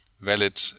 valid